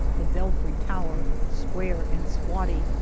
the belfry tower, square and squatty,